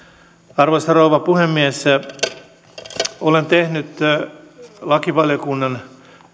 arvoisa rouva puhemies olen tehnyt lakivaliokunnan